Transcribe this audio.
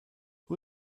who